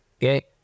okay